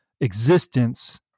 existence